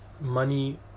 money